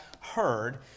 heard